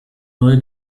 neue